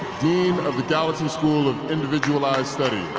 dean of the gallatin school of individualized study